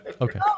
Okay